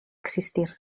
existir